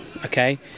Okay